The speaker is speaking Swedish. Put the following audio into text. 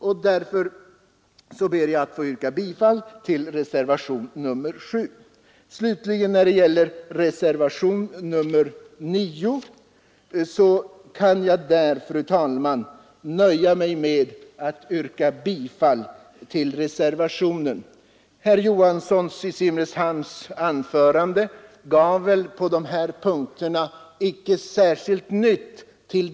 Jag ber fördenskull att få yrka bifall till reservationen 7. När det slutligen gäller reservationen 9 kan jag, fru talman, nöja mig med att yrka bifall till denna. Herr Johanssons i Simrishamn anförande gav väl på de här punkterna icke särskilt mycket nytt.